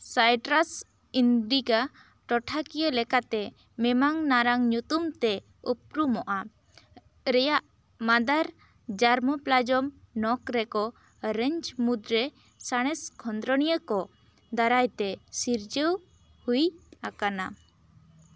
Cyprus ᱤᱱᱰᱤᱠᱟ ᱴᱚᱴᱷᱟᱠᱤᱭᱟᱹ ᱞᱮᱠᱟᱛᱮ ᱢᱮᱢᱟᱝ ᱱᱟᱨᱟᱝ ᱧᱩᱛᱩᱢ ᱛᱮ ᱩᱯᱨᱩᱢᱚᱜᱼᱟ ᱨᱮᱭᱟᱜ ᱢᱟᱫᱟᱨ ᱡᱟᱨᱢᱳᱯᱞᱟᱡᱚᱢ ᱱᱚᱠᱨᱮᱠᱚ ᱨᱮᱧᱡᱽ ᱢᱩᱫᱽ ᱨᱮ ᱥᱟᱬᱮᱥ ᱠᱷᱚᱸᱫᱽᱨᱚᱱᱤᱭᱟᱹ ᱠᱚ ᱫᱟᱨᱟᱭ ᱛᱮ ᱥᱤᱨᱡᱟᱹᱣ ᱦᱩᱭ ᱟᱠᱟᱱᱟ